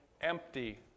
empty